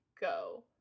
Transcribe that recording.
go